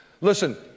Listen